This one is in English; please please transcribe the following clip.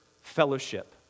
fellowship